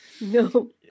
No